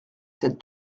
cette